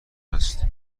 هست